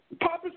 Papa